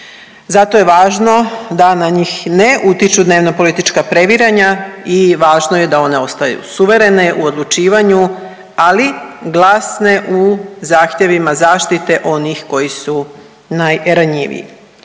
Zato je važno da na njih ne utiču dnevnopolitička previranja i važno je da one ostanu suverene u odlučivanju, ali glasne u zahtjevima zaštite onih koji su najranjiviji.